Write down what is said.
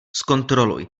zkontroluj